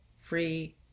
free